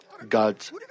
God's